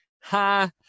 Ha